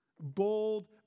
Bold